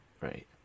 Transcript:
right